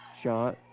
shot